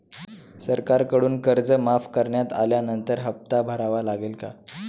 सरकारकडून कर्ज माफ करण्यात आल्यानंतर हप्ता भरावा लागेल का?